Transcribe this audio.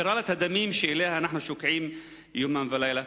ספירלת הדמים שאליה אנחנו שוקעים יומם ולילה.